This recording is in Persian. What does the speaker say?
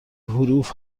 حروف